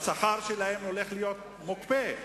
השכר שלהם הולך להיות מוקפא.